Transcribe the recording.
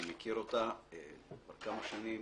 אני מכיר אותה כבר כמה שנים.